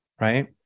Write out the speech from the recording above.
right